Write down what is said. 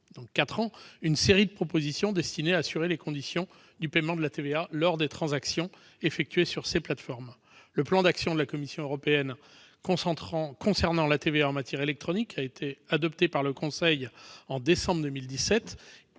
donc quatre ans, une série de propositions destinées à assurer les conditions du paiement de la TVA lors des transactions effectuées sur ces plateformes. Le plan d'action de la Commission européenne concernant la TVA en matière électronique, adopté par le Conseil en décembre 2017,